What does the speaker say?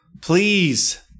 Please